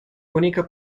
única